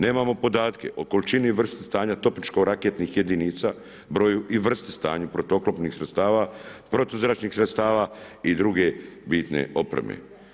Nemamo podatke o količini i vrsti stanja topničko-raketnih jedinica, broja u vrsti stanju protuoklopnih sredstava, protuzračnih sredstava i druge bitne opreme.